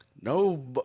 no